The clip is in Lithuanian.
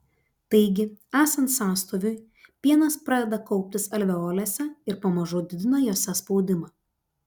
taigi esant sąstoviui pienas pradeda kauptis alveolėse ir pamažu didina jose spaudimą